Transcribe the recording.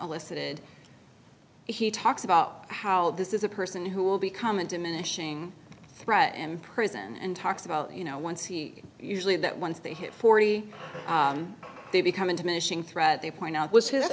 elicited he talks about how this is a person who will become a diminishing threat in prison and talks about you know once he usually that once they hit forty they become intimate shing threat they point out was his that's